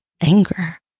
anger